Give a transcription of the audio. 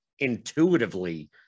Intuitively